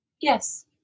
Yes